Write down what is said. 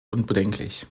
unbedenklich